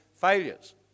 failures